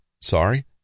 sorry